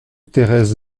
thérèse